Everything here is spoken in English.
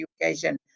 education